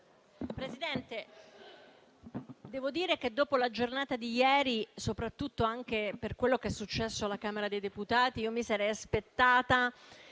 Presidente, devo dire che, dopo la giornata di ieri, soprattutto per quello che è successo alla Camera dei deputati, mi sarei aspettata